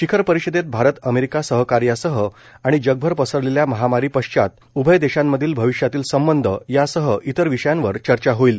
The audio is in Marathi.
शिखर परिषदेत भारत अमेरिका सहकार्यासह आणि जगभर पसरलेल्या महामारी पश्चात उभय देशांमधील भविष्यातील संबंध यासह इतर विषयांवर चर्चा होईल